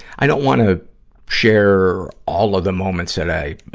i don't want ah share all of the moments that i, ah,